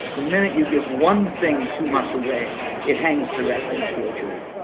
the minute you give one thing too much away it hangs the rest of the forgery